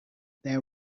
there